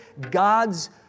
God's